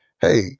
hey